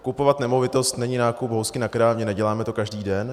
Kupovat nemovitost není nákup housky na krámě, neděláme to každý den.